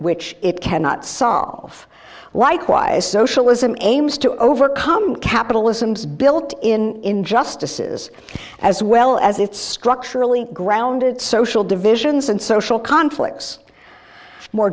which it cannot solve likewise socialism aims to overcome capitalisms built in injustices as well as its structurally grounded social divisions and social conflicts more